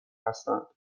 هستند